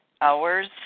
hours